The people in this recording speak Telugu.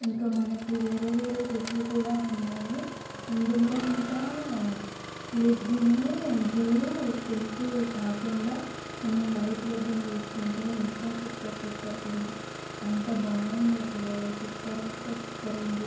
ఇంకా మనకి వేరే వేరే డ్రెస్సులు కూడా ఉన్నాయి ఇందులో ఇంకా లెగ్గింగ్ బ్లూ పింక్ కాకుండా మనం వైట్ లెగ్గింగ్ వేసుకుంటే ఇంకా సూపర్ సెట్ అవుతుంది అంత బాగుంది అసలు సూపర్ అంటే సూపర్ ఉంది